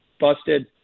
Busted